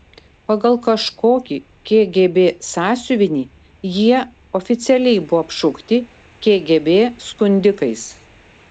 pagal kažkokį kgb sąsiuvinį jie oficialiai buvo apšaukti kgb skundikais